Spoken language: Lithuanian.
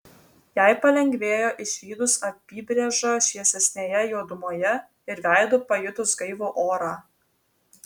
jai palengvėjo išvydus apybrėžą šviesesnėje juodumoje ir veidu pajutus gaivų orą